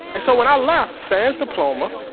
and so when i left sans diploma